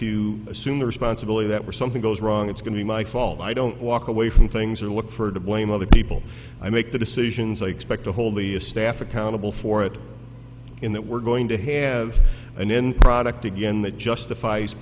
to assume the responsible that was something goes wrong it's going to be my fault i don't walk away from things or look for to blame other people i make the decisions i expect the whole the staff accountable for it in that we're going to have an end product again that justifies